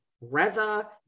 Reza